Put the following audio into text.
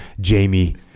Jamie